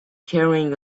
carrying